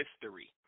history